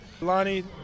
Lonnie